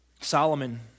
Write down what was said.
Solomon